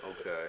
Okay